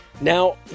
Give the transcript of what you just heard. Now